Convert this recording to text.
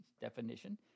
definition